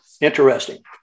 interesting